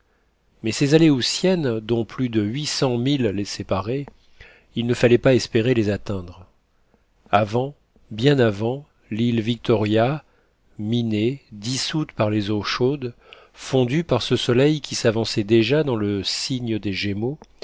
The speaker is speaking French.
mais ces aléoutiennes dont plus de huit cents milles les séparaient il ne fallait pas espérer les atteindre avant bien avant l'île victoria minée dissoute par les eaux chaudes fondue par ce soleil qui s'avançait déjà dans le signe des gémeaux